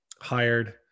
hired